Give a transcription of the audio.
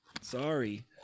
Sorry